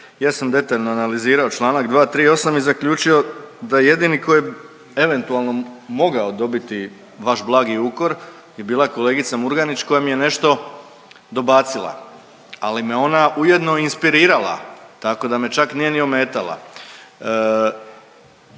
Ja sam detaljno analizirao članak 238. i zaključio da jedini koji bi eventualno mogao dobiti vaš blagi ukor je bila kolegica Murganić koja mi je nešto dobacila, ali me ona ujedno i inspirirala, tako da me čak nije ni ometala.